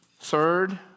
Third